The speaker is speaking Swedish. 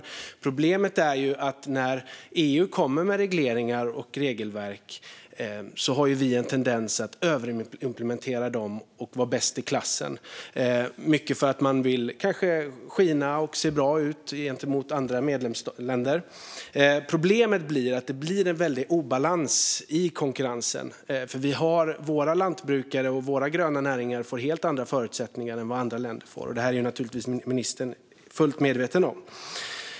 Problemet är att när EU kommer med regleringar och regelverk har vi en tendens att överimplementera dem och vara bäst i klassen, kanske för att skina och se bra ut gentemot andra medlemsländer. Problemet är att det blir en väldig obalans i konkurrensen, för våra lantbrukare och gröna näringar får helt andra förutsättningar än andra länder får - detta är naturligtvis ministern fullt medveten om.